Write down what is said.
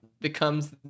becomes